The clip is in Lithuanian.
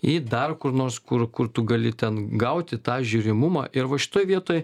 į dar kur nors kur kur tu gali ten gauti tą žiūrimumą ir va šitoj vietoj